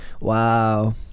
Wow